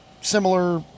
similar